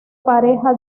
pareja